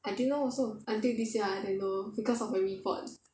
I didn't know also until this year I then know because of my report